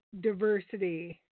diversity